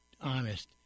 honest